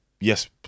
yes